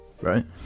right